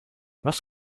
was